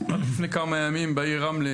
לפני כמה ימים בעיר רמלה,